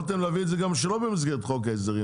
יכולתם להביא את החוק הזה גם שלא במסגרת חוק ההסדרים.